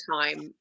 time